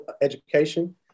education